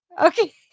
Okay